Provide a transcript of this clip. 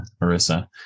Marissa